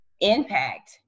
impact